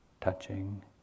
touching